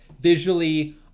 visually